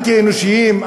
אנטי-אנושיים,